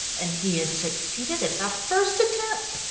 and he had succeeded at the first attempt.